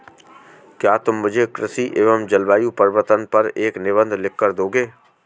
क्या तुम मुझे कृषि एवं जलवायु परिवर्तन पर एक निबंध लिखकर दोगे?